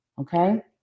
Okay